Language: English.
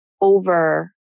over